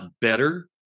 better